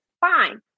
fine